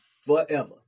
forever